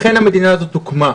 לכן המדינה הזאת הוקמה.